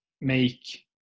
make